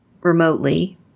remotely